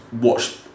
watch